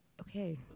Okay